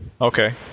Okay